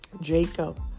Jacob